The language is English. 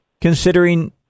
considering